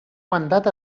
mandat